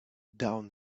down